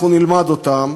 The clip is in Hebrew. אנחנו נלמד אותם,